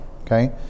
okay